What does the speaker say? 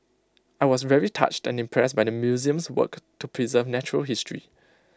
I was very touched and impressed by the museum's work to preserve natural history